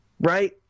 right